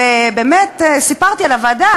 ובאמת, סיפרתי על הוועדה